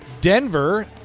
Denver